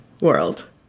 world